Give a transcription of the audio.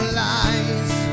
lies